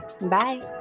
bye